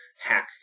hack